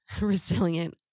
resilient